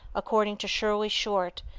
according to shirley short,